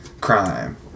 crime